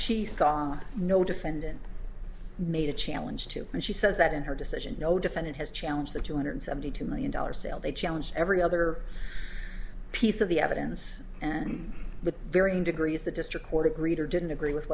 she saw no defendant may challenge too and she says that in her decision no defendant has challenged the two hundred seventy two million dollars sale they challenge every other piece of the evidence and the varying degrees the district court agreed or didn't agree with